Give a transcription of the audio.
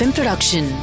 Production